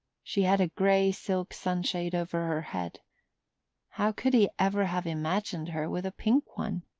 she had a grey silk sunshade over her head how could he ever have imagined her with a pink one?